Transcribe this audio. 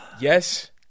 Yes